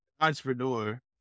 entrepreneur